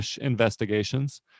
investigations